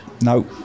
No